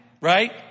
right